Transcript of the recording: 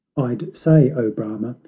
i'd say, o brahma,